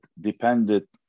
dependent